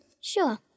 Sure